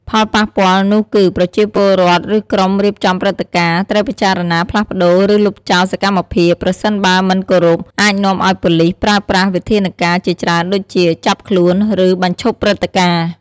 ផលប៉ះពាល់នោះគឺ ប្រជាពលរដ្ឋឬក្រុមរៀបចំព្រឹត្តិការណ៍ ត្រូវពិចារណាផ្លាស់ប្តូរឬលុបចោលសកម្មភាព ប្រសិនបើមិនគោរព អាចនាំឱ្យប៉ូលិសប្រើប្រាស់វិធានការជាច្រើនដូចជា ចាប់ខ្លួន ឬបញ្ឈប់ព្រឹត្តិការណ៍។